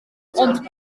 ond